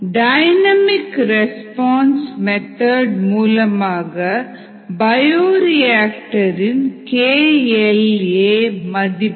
dynamic response method மூலமாக பயோரியாக்டரின் KL a மதிப்பு